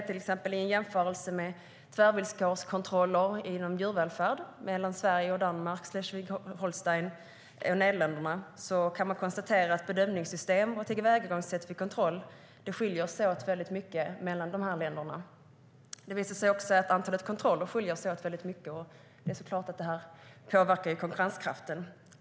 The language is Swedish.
I en jämförelse mellan tvärvillkorskontroller inom djurvälfärd i Danmark, Sverige, Slesvig-Holstein och Nederländerna kan man till exempel konstatera att bedömningssystem och tillvägagångssätt vid kontroll skiljer sig åt väldigt mycket mellan länderna. Det visade sig också att antalet kontroller skiljer sig mycket åt, och det är klart att detta påverkar konkurrenskraften.